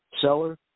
seller